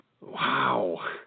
Wow